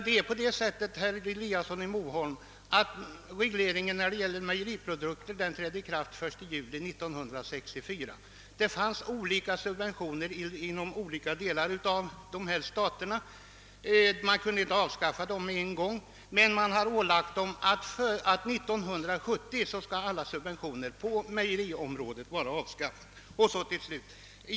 Det är på det sättet, herr Eliasson i Moholm, att regleringen i fråga om jordbruksprodukter trädde i kraft den 1 juli 1964. Det fanns olika subventioner inom skilda delar av ifrågavarande stater. Man kunde inte avskaffa subventionerna på en gång. Man har emellertid ålagt vederbörande att se till att alla subventioner på mejeriområdet skall vara avskaffade 1970.